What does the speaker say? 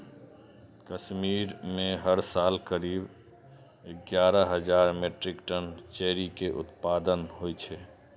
कश्मीर मे हर साल करीब एगारह हजार मीट्रिक टन चेरी के उत्पादन होइ छै